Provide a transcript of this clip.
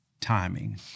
timing